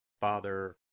Father